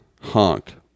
Honk